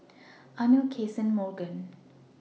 Amil Cason and Morgan